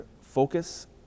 focus